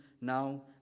now